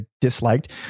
disliked